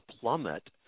plummet